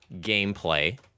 gameplay